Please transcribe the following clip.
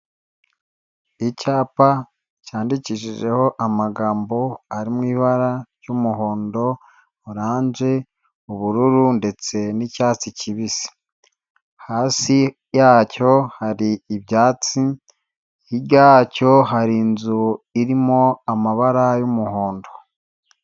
Icyapa cyandikishijeho amagambo ari mu ibara ry'umuhondo, orange ubururu, ndetse n'icyatsi kibisi hasi yacyo hari ibyatsi, hirya yacyo hari inzu irimo amabara y'umuhondo.